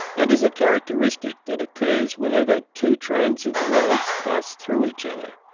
and is a characteristic that occurs whenever two trains of waves pass through each other.